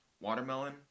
watermelon